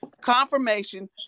Confirmation